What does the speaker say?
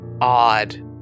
odd